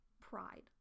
Pride